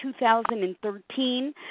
2013